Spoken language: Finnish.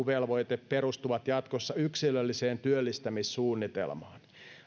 ja työnhakuvelvoite perustuvat jatkossa yksilölliseen työllistämissuunnitelmaan